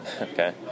okay